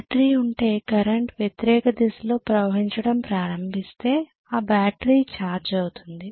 battery ఉంటే current వ్యతిరేక దిశలో ప్రవహించడం ప్రారంభిస్తే ఆ బ్యాటరీ ఛార్జ్ అవుతుంది